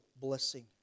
blessing